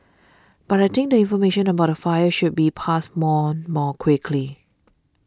but I think the information about the fire should be passed more more quickly